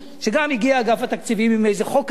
גם כן הגיע אגף התקציבים עם איזה חוק הזוי,